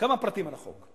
כמה פרטים על החוק.